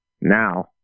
now